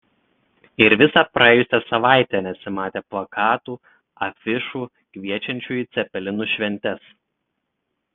ir visą praėjusią savaitę nesimatė plakatų afišų kviečiančių į cepelinų šventes